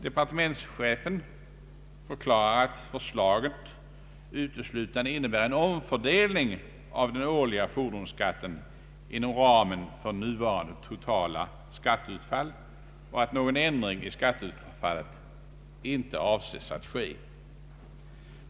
Departementschefen förklarar att förslaget uteslutande innebär en omfördelning av den årliga fordonsskatten inom ramen för nuvarande totala skatteutfall och att någon ändring i skatteutfallet icke avses att ske.